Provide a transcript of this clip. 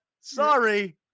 sorry